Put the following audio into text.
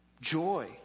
joy